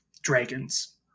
dragons